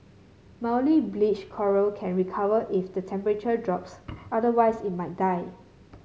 mildly bleached coral can recover if the temperature drops otherwise it may die